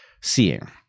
seeing